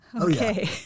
Okay